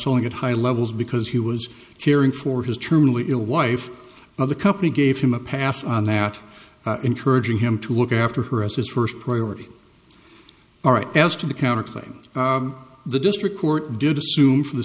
selling at high levels because he was caring for his terminally ill wife now the company gave him a pass on that encouraging him to look after her as his first priority all right as to the counter claims the district court did assume for the